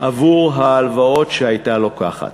עבור ההלוואות שהייתה לוקחת.